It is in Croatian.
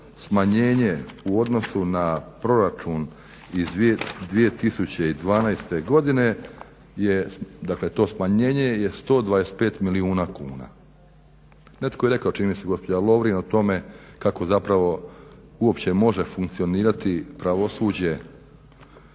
smanjenje u odnosu na proračun iz 2012. godine je, dakle to smanjenje je 125 milijuna kuna. Netko je rekao čini mi se gospođa Lovrin o tome kako zapravo uopće može funkcionirati pravosuđe